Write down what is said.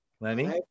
Lenny